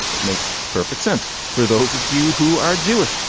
it makes perfect sense for those of you who are jewish.